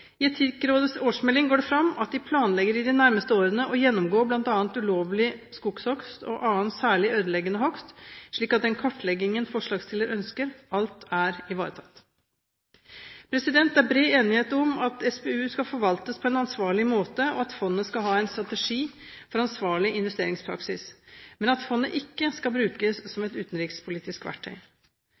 I Etikkrådets årsmelding går det fram at de i løpet av de nærmeste årene planlegger å gjennomgå bl.a. ulovlig skogshogst og annen særlig ødeleggende hogst, slik at den kartleggingen som forslagsstilleren ønsker, alt er ivaretatt. Det er bred enighet om at SPU skal forvaltes på en ansvarlig måte, og at fondet skal ha en strategi for ansvarlig investeringspraksis, men at fondet ikke skal brukes som et utenrikspolitisk verktøy.